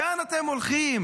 לאן אתם הולכים?